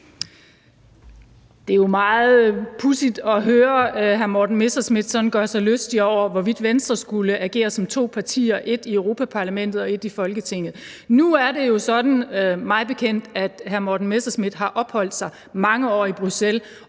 Det er jo meget pudsigt at høre hr. Morten Messerschmidt gøre sig lystig over, hvorvidt Venstre skulle agere som to partier – et i Europa-Parlamentet og et i Folketinget. Nu er det jo sådan mig bekendt, at hr. Morten Messerschmidt har opholdt sig mange år i Bruxelles